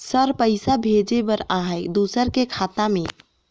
Sir पइसा भेजे बर आहाय दुसर के खाता मे?